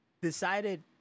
decided